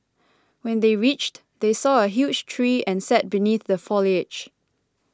when they reached they saw a huge tree and sat beneath the foliage